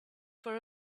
for